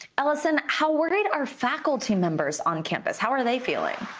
ellison, how worried are faculty members on campus? how are they feeling?